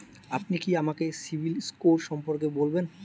আপনি কি আমাকে সিবিল স্কোর সম্পর্কে বলবেন?